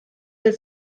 der